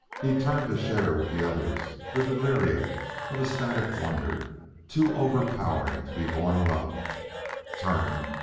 he turned to share with the others the delirium of ecstatic wonder too overpowering to be borne alone turned,